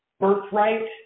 birthright